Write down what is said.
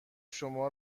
شما